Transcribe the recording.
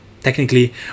Technically